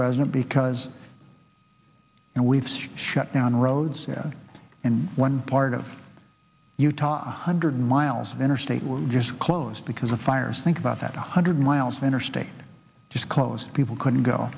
president because now we've shut down roads in one part of utah hundred miles of interstate we're just closed because the fires think about that a hundred miles of interstate just closed people couldn't go